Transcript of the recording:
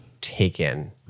taken